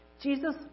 Jesus